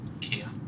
Kia